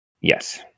yes